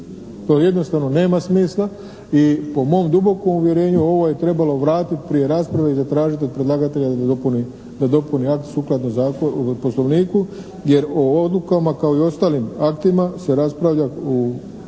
To jednostavno nema smisla i po mom dubokom uvjerenju ovo je trebalo vratiti prije rasprave i zatražiti od predlagatelja da dopuni akt sukladno Poslovniku jer o odlukama kao i o ostalim aktima se raspravlja po Poslovniku